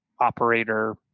operator